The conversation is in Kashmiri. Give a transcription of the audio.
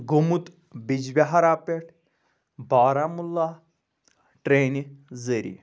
گوٚمُت بِجبِہارہ پٮ۪ٹھ بارہمولہ ٹرٛینہِ ذٔریعہٕ